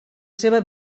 seva